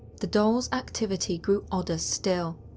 the doll's activity grew odder still.